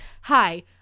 Hi